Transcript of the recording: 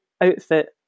outfit